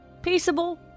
Peaceable